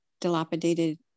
dilapidated